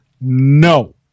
no